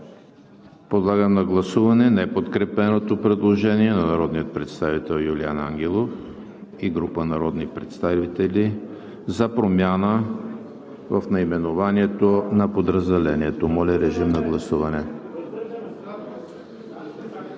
Подлагам на гласуване неподкрепеното предложение на народния представител Юлиан Ангелов и група народни представители за промяна в наименованието на подразделението. Гласували